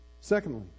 Secondly